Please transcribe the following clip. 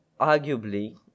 arguably